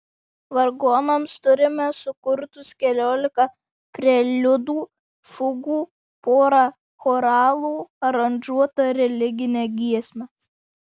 vargonams turime sukurtus keliolika preliudų fugų porą choralų aranžuotą religinę giesmę